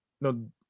no